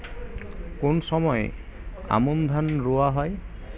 কোন সময় আমন ধান রোয়া হয়?